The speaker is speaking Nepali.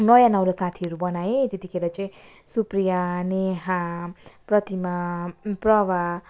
नयाँ नौलो साथीहरू बनाएँ त्यतिखेर चाहिँ सुप्रिया नेहा प्रतिमा प्रभा